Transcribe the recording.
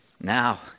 now